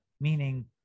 meaning